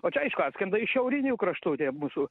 o čia aišku atskrenda iš šiaurinių kraštų tie mūsų